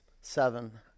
seven